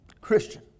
Christian